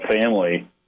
family